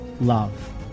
love